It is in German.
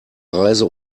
reise